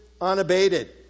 unabated